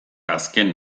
azken